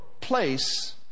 place